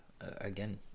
again